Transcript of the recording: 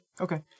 Okay